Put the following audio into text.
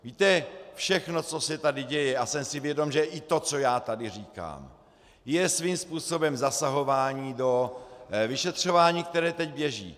Víte, všechno, co se tady děje, a jsem si vědom, že i to, co já tady říkám, je svým způsobem zasahování do vyšetřování, které teď běží.